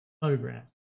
photographs